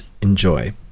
enjoy